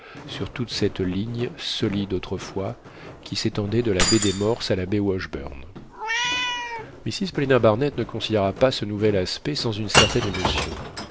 sur toute cette ligne solide autrefois qui s'étendait de la baie des morses à la baie washburn mrs paulina barnett ne considéra pas ce nouvel aspect sans une certaine émotion